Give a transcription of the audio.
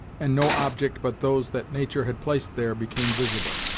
and no object, but those that nature had placed there, became visible.